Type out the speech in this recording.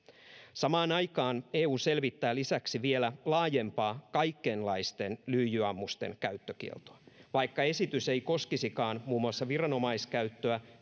samaan aikaan eu selvittää lisäksi vielä laajempaa kaikenlaisten lyijyammusten käyttökieltoa vaikka esitys ei koskisikaan muun muassa viranomaiskäyttöä